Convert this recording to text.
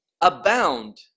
abound